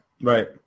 right